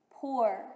poor